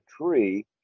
tree